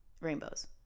Rainbows